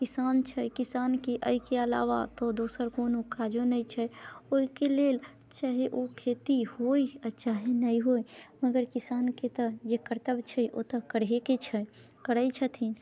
किसान छै किसानके अइके अलावा तऽ दोसर कोनो काजो नहि छै ओइके लेल चाहे ओ खेती होइ आओर चाहे नहि होइ मगर किसानके तऽ जे कर्तव्य छै ओतऽ करहे के छै करै छथिन